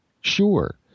sure